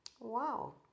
Wow